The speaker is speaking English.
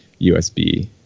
USB